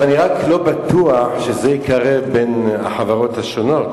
אני רק לא בטוח שזה יקרב בין החברות השונות.